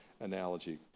analogy